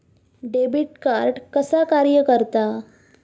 Debit card कसा कार्य करता?